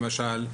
למשל,